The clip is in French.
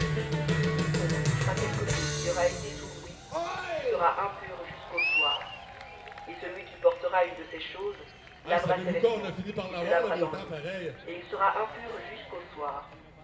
et quiconque touchera quelque chose qui aura été sous lui sera impur jusqu'au soir et celui qui portera une de ces choses lavera ses vêtements et se lavera dans l'eau et il sera impur jusqu'au soir